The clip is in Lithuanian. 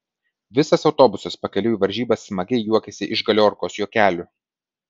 visas autobusas pakeliui į varžybas smagiai juokėsi iš galiorkos juokelių